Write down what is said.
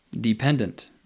dependent